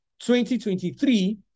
2023